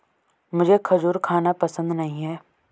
मुझें खजूर खाना पसंद नहीं है